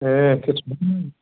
ए त्यो चाहिँ भन्नु नि